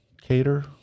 cater